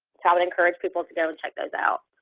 i would encourage people to go and check those out.